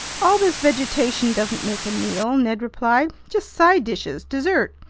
all this vegetation doesn't make a meal, ned replied. just side dishes, dessert.